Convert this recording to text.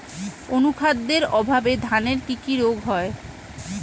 অনুখাদ্যের অভাবে ধানের কি কি রোগ হয়?